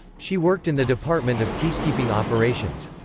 she worked in the department of peacekeeping operations.